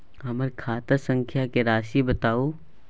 हमर खाता संख्या के राशि बताउ